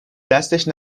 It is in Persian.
دستش